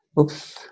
Oops